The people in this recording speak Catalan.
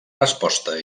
resposta